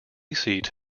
seat